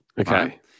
Okay